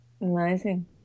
Amazing